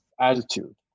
attitude